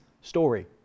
story